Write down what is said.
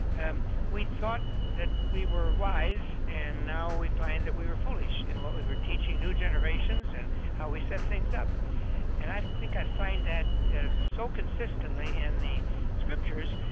and we thought that we were wise, and now we find that we were foolish in what we were teaching new generations and how we set things up and i think i find that so consistently in the scriptures,